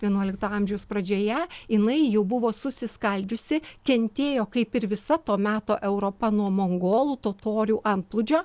vienuolikto amžiaus pradžioje jinai jau buvo susiskaldžiusi kentėjo kaip ir visa to meto europa nuo mongolų totorių antplūdžio